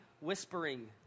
whispering